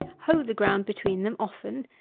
hoe the ground between them often,